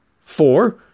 Four